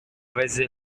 vessel